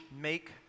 make